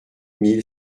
mille